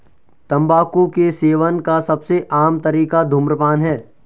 तम्बाकू के सेवन का सबसे आम तरीका धूम्रपान है